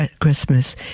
Christmas